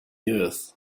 earth